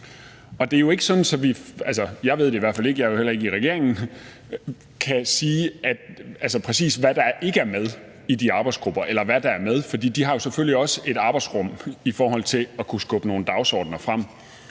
jeg ved det i hvert fald ikke, men jeg er heller ikke i regeringen – kan sige, præcis hvad der ikke er med i de arbejdsgrupper, eller hvad der er med. For de har selvfølgelig også et arbejdsrum i forhold til at kunne skubbe nogle dagsordener frem.